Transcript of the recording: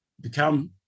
become